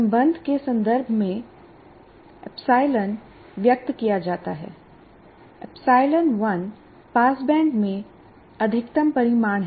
संबंध के संदर्भ में ε व्यक्त किया जाता है ε1 पासबैंड में अधिकतम परिमाण है